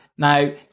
Now